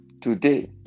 Today